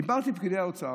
דיברתי עם פקידי האוצר,